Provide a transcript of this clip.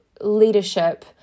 leadership